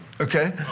okay